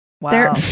wow